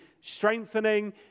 strengthening